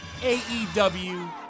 AEW